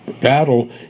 battle